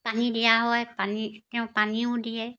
পানী দিয়া হয় পানী তেওঁ পানীও দিয়ে